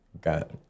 Got